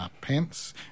pence